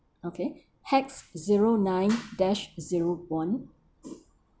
okay hex zero nine dash zero one